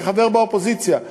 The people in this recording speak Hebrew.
כחבר באופוזיציה,